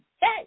Hey